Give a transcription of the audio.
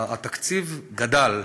התקציב גדל.